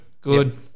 Good